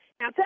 Now